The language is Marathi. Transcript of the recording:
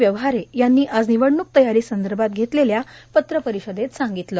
व्यवहारे यांनी आज निवडणूक तयारी संदर्भात घेतलेल्या पत्रपरिषदेत सांगितलं